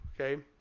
okay